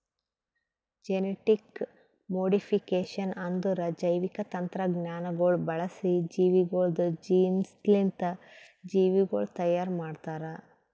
genetic modification ಅಂದುರ್ ಜೈವಿಕ ತಂತ್ರಜ್ಞಾನಗೊಳ್ ಬಳಸಿ ಜೀವಿಗೊಳ್ದು ಜೀನ್ಸ್ಲಿಂತ್ ಜೀವಿಗೊಳ್ ತೈಯಾರ್ ಮಾಡ್ತಾರ್